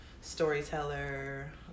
storyteller